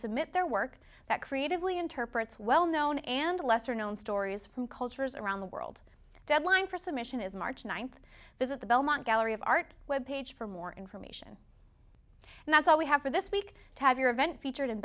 submit their work that creatively interprets well known and lesser known stories from cultures around the world deadline for submission is march ninth visit the belmont gallery of art web page for more information and that's all we have for this week to have your event featured